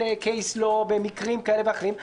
זה יכול לקרות לכל מועמד, לכל סיעה, לכל רשימה.